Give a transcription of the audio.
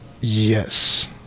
Yes